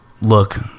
look